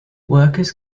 workers